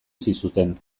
zizuten